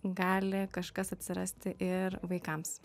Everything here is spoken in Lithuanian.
gali kažkas atsirasti ir vaikams